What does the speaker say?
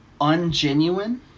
ungenuine